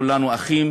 כולנו אחים